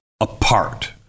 apart